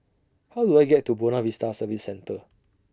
How Do I get to Buona Vista Service Centre